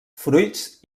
fruits